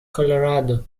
colorado